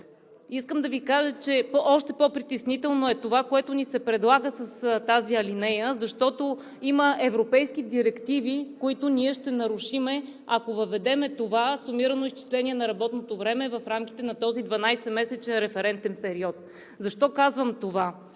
Искам да Ви кажа, че още по-притеснително е това, което ни се предлага с тази алинея, защото има европейски директиви, които ние ще нарушим, ако въведем това сумирано изчисление на работното време в рамките на този 12-месечен референтен период. Защо казвам това?